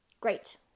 great